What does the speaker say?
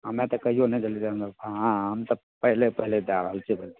हमे तऽ कहियो नहि देलियै हँ हम तऽ पहिले पहिले दए रहल छियै भोट